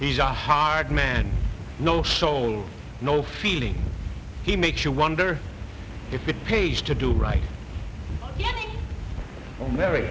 he's a hard man no soul no feeling he makes you wonder if it pays to do right